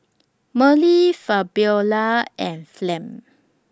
Marley Fabiola and Flem